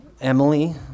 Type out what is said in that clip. Emily